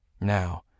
Now